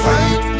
Fight